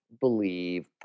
believe